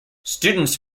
students